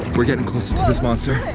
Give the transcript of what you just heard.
we're getting closer to this monster.